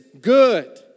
good